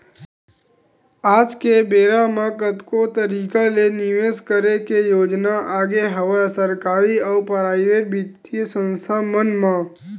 आज के बेरा म कतको तरिका ले निवेस करे के योजना आगे हवय सरकारी अउ पराइेवट बित्तीय संस्था मन म